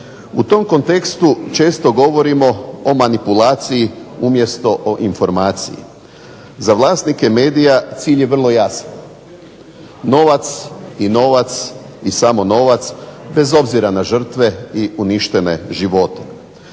U tom kontekstu često govorimo o manipulaciji umjesto o informaciji. Za vlasnike medija cilj je vrlo jasan. Novac i novac i samo novac bez obzira na žrtve i uništene živote.